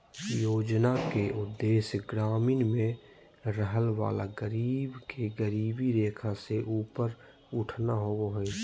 योजना के उदेश्य ग्रामीण में रहय वला गरीब के गरीबी रेखा से ऊपर उठाना होबो हइ